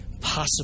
possible